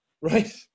right